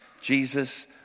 Jesus